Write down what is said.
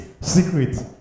secret